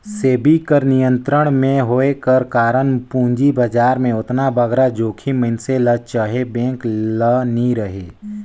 सेबी कर नियंत्रन में होए कर कारन पूंजी बजार में ओतना बगरा जोखिम मइनसे ल चहे बेंक ल नी रहें